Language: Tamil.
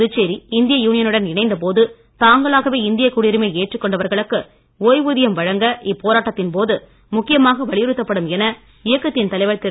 புதுச்சேரி இந்திய யுனியனுடன் இணைந்த போது தாங்களாகவே இந்தியக் குடியுரிமையை ஏற்றுக் கொண்டவர்களுக்கு ஒய்வுதியம் வழங்க இப்போராட்டத்தின் போது முக்கியமாக வலியுறுத்தப்படும் என இயக்கத்தின் தலைவர் திரு